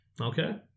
Okay